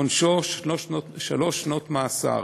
עונשו שלוש שנות מאסר.